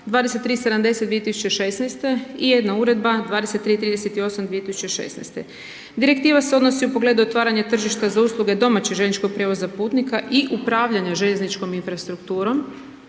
2370/2016 i jedna Uredba 2338/2016. Direktiva se odnosi u pogledu otvaranja tržišta za usluge domaćeg željezničkog prijevoza putnika i upravljanja željezničkom infrastrukturom,